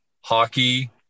hockey